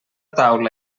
taula